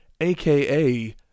aka